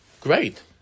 great